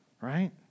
right